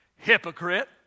Hypocrite